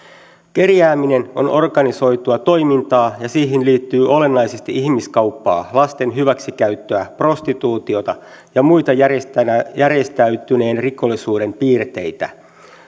kerjääminen on organisoitua toimintaa ja siihen liittyy olennaisesti ihmiskauppaa lasten hyväksikäyttöä prostituutiota ja muita järjestäytyneen rikollisuuden piirteitä